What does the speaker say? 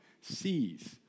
sees